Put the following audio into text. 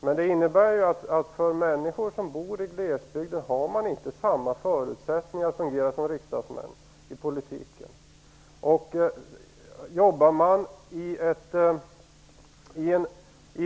Men det innebär att människor som bor i glesbygden inte har samma förutsättningar att fungera i politiken som riksdagsmän.